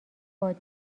باد